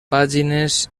pàgines